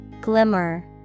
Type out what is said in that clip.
Glimmer